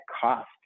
cost